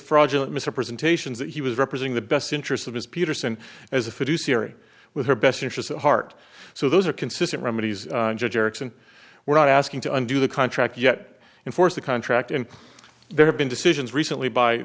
fraudulent misrepresentations that he was representing the best interests of his peterson as a fiduciary with her best interests at heart so those are consistent remedies erikson we're not asking to undo the contract yet and force the contract and there have been decisions recently by